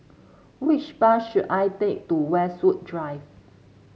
which bus should I take to Westwood Drive